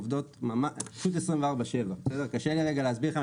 עובדות פשוט 24/7. קשה לי רגע להסביר לכם,